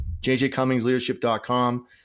JJCummingsLeadership.com